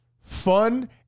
fun